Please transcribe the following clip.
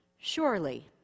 Surely